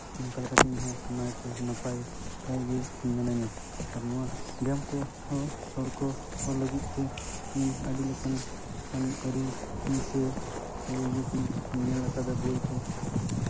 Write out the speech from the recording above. ᱚᱱᱠᱟ ᱞᱮᱠᱟᱛᱮ ᱤᱧ ᱦᱚᱸ ᱱᱟᱭᱛᱮ ᱱᱟᱯᱟᱭ ᱛᱮᱜᱮ ᱢᱤᱱᱟᱹᱧᱟ ᱟᱨ ᱱᱚᱣᱟ ᱵᱮᱭᱟᱢ ᱠᱚᱦᱚᱸ ᱥᱚᱲᱠᱚ ᱦᱚᱸ ᱞᱟᱹᱜᱤᱫ ᱛᱮ ᱤᱧ ᱟᱹᱰᱤ ᱞᱮᱠᱟᱱ ᱟᱹᱱᱼᱟᱹᱨᱤ ᱦᱩᱭ ᱥᱮ ᱧᱮᱞ ᱠᱟᱫᱟ ᱵᱳᱭ ᱠᱚ